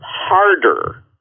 harder